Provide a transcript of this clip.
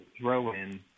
throw-in